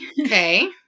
Okay